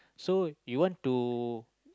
so you want to